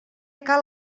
cal